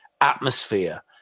atmosphere